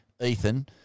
Ethan